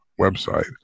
website